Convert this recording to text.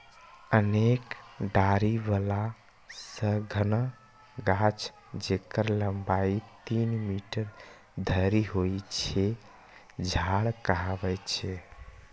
अनेक डारि बला सघन गाछ, जेकर लंबाइ तीन मीटर धरि होइ छै, झाड़ कहाबै छै